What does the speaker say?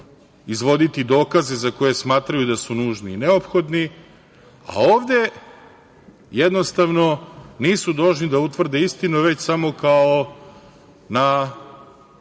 izvoditi dokaze za koje smatraju da su nužni i neophodni, a ovde jednostavno nisu dužni da utvrde istinu, već samo kao na